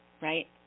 right